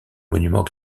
monument